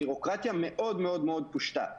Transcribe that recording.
הביורוקרטיה מאוד פושטה.